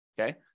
okay